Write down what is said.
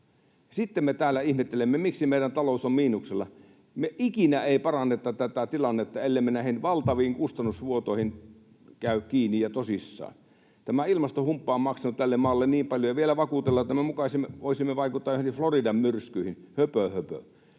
Sitten me täällä ihmettelemme, miksi meidän talous on miinuksella. Me ei ikinä paranneta tätä tilannetta, ellemme näihin valtaviin kustannusvuotoihin käy kiinni ja tosissaan. Tämä ilmastohumppa on maksanut tälle maalle niin paljon, ja vielä vakuutellaan, että me muka voisimme vaikuttaa joihinkin Floridan myrskyihin — höpö höpö.